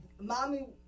Mommy